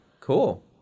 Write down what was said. Cool